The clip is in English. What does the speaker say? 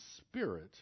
spirit